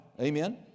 Amen